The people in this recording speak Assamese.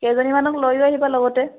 কেইজনীমানক লৈও আহিবা লগতে